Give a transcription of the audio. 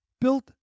built